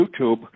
YouTube